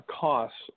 costs